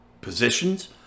positions